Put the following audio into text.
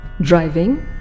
driving